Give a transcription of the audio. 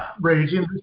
raging